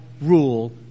rule